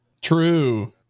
True